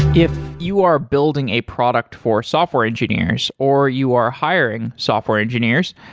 if you are building a product for software engineers or you are hiring software engineers,